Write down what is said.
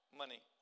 money